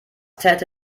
täte